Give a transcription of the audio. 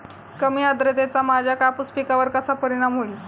कमी आर्द्रतेचा माझ्या कापूस पिकावर कसा परिणाम होईल?